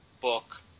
book